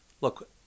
look